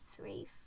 three